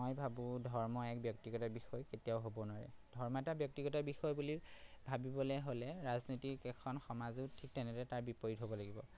মই ভাবোঁ ধৰ্ম এক ব্যক্তিগত বিষয় কেতিয়াও হ'ব নোৱাৰে ধৰ্ম এটা ব্যক্তিগত বিষয় বুলি ভাবিবলে হ'লে ৰাজনীতিক এখন সমাজো ঠিক তেনেদৰে তাৰ বিপৰীত হ'ব লাগিব